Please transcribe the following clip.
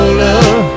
love